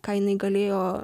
ką jinai galėjo